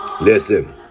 Listen